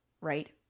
right